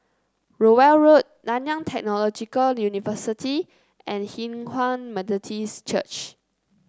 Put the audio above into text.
Rowell Road Nanyang Technological University and Hinghwa Methodist Church